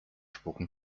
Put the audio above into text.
spucken